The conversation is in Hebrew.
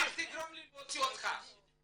בני, אל תגרום לי להוציא אותך.